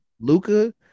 Luca